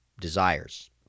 desires